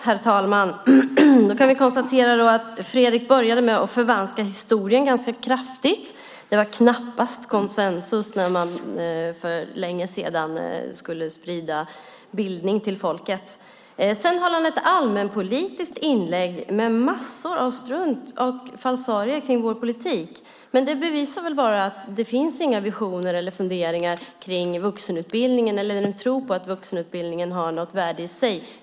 Herr talman! Då kan vi konstatera att Fredrik började med att förvanska historien ganska kraftigt. Det var knappast konsensus när man för länge sedan skulle sprida bildning till folket. Sedan höll han ett allmänpolitiskt inlägg med massor av strunt och falsarier kring vår politik. Men det bevisar väl bara att det inte finns några visioner eller funderingar kring vuxenutbildningen eller en tro på att vuxenutbildningen har något värde i sig.